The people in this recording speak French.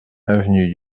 avenue